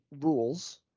rules